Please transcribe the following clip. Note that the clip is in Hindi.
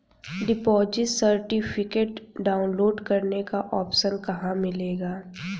डिपॉजिट सर्टिफिकेट डाउनलोड करने का ऑप्शन कहां मिलेगा?